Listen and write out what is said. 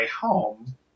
home